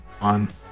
On